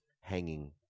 hanging